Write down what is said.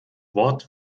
wort